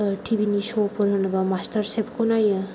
T भिनि श'फोर होनोबा मास्टार शेफखौ नायो